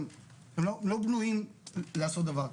לא בנויים לעשות דבר כזה.